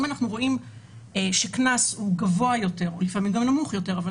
אם אנחנו רואים שקנס גבוה יותר לפעמים נמוך יותר,